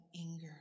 anger